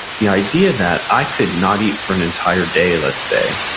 the idea that i could not eat for an entire day, let's say,